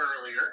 earlier